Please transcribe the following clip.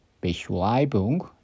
Beschreibung